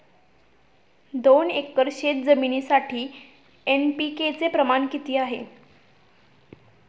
दोन एकर शेतजमिनीसाठी एन.पी.के चे प्रमाण किती आहे?